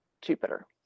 jupiter